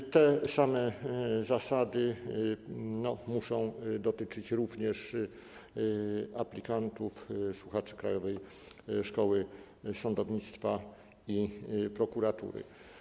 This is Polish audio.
I te same zasady muszą dotyczyć również aplikantów, słuchaczy Krajowej Szkoły Sądownictwa i Prokuratury.